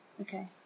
Okay